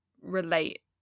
relate